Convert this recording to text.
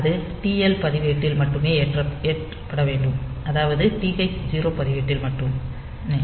அது TH பதிவேட்டில் மட்டுமே ஏற்றப்பட வேண்டும் அதாவது TH 0 பதிவேட்டில் மட்டுமே